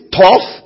tough